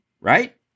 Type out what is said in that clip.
right